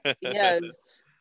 Yes